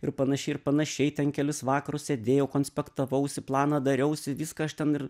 ir panašiai ir panašiai ten kelis vakarus sėdėjau konspektavausi planą dariausi viską aš ten ir